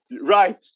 Right